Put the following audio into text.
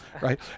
right